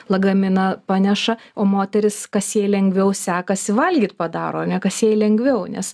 lagaminą paneša o moterys kas jai lengviau sekasi valgyt padaro ane kas jai lengviau nes